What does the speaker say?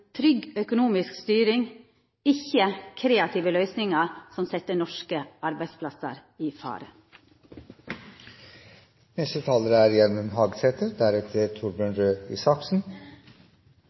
trygg økonomisk styring, ikkje kreative løysingar som set norske arbeidsplassar i fare. Den norske staten er